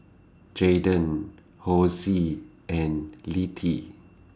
Jaiden Hosie and Littie